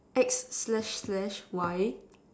X slash slash Y